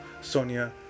Sonia